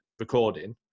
recording